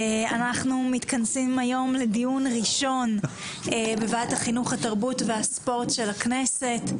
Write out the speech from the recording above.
אנחנו מתכנסים היום לדיון ראשון בוועדת החינוך התרבות והספורט של הכנסת,